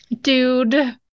dude